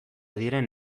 diren